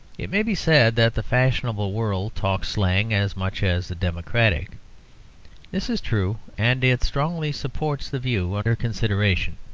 it may be said that the fashionable world talks slang as much as the democratic this is true, and it strongly supports the view under consideration.